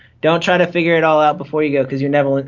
don't try to figure it all out before you go cause you never